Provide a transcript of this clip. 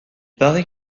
paraît